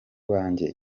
banjye